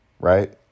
right